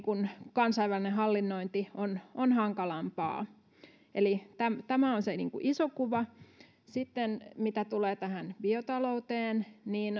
kansainvälinen hallinnointi on on hankalampaa eli tämä on se iso kuva mitä sitten tulee biotalouteen niin